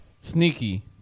Sneaky